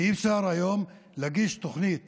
כי אי-אפשר היום להגיש תוכנית